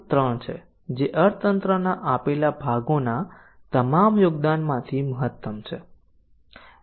3 છે જે અર્થતંત્રના આપેલા ભાગોના તમામ યોગદાનમાંથી મહત્તમ છે